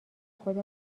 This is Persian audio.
خود